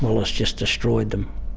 well, it's just destroyed them.